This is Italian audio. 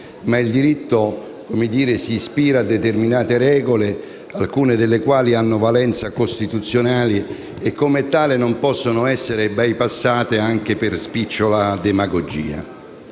il diritto si ispira a determinate regole, alcune delle quali hanno valenza costituzionale e, come tale, non possono essere bypassate anche per spicciola demagogia.